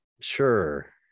sure